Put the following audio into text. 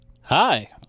Hi